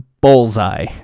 bullseye